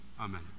Amen